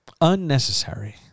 unnecessary